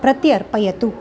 प्रत्यर्पयतु